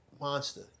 monster